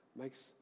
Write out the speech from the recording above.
makes